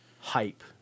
hype